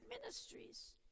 ministries